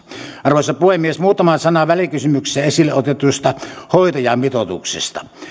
arvoisa puhemies muutama sana välikysymyksessä esille otetusta hoitajamitoituksesta